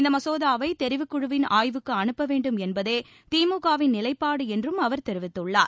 இந்த மசோதாவை தெரிவுக்குழுவின் ஆய்வுக்கு அனுப்ப வேண்டும் என்பதே திமுக வின் நிலைப்பாடு என்றும் அவர் தெரிவித்துள்ளார்